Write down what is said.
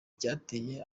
byateye